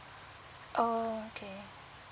oh okay